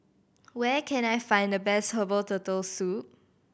where can I find the best herbal Turtle Soup